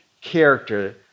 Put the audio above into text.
character